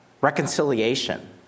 reconciliation